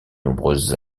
nombreuses